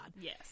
Yes